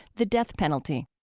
the death penalty